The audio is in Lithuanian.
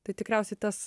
tai tikriausiai tas